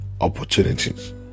opportunities